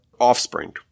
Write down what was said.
offspring